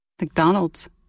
McDonald's